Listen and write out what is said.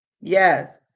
yes